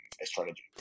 strategy